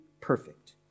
perfect